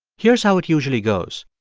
here's how it usually goes.